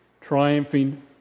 triumphing